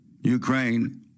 ukraine